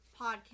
podcast